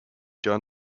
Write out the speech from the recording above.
john